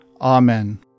Amen